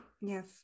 yes